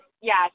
yes